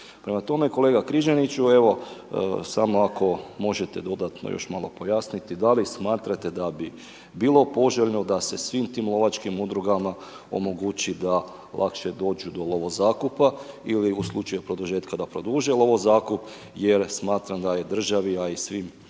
Prema tome, kolega Križaniću evo, samo ako možete dodatno još malo pojasniti da li smatrate da bi bilo poželjno da se svim tim lovačkim udrugama omogući da lakše dođu do lovozakupa ili u slučaju produžetka da produže lovozakup jer smatram da je državi a i svima